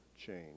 change